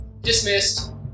Dismissed